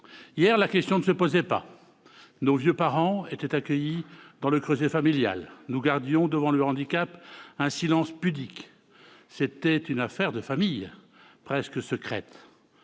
Hier, la question ne se posait pas. Nos vieux parents étaient accueillis dans le creuset familial. Nous gardions, devant le handicap, un silence pudique. C'était une « affaire de famille », presque secrète.